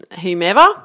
whomever